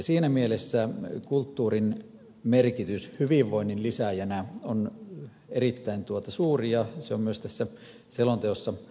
siinä mielessä kulttuurin merkitys hyvinvoinnin lisääjänä on erittäin suuri ja se on myös tässä selonteossa tunnistettu